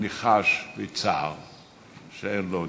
אני חש בצער שאין לו נוחם,